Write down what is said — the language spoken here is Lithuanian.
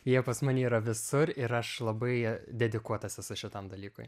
jie pas mane yra visur ir aš labai dedikuotas esu šitam dalykui